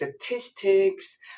statistics